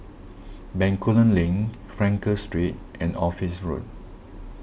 Bencoolen Link Frankel Street and Office Road